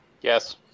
yes